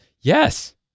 yes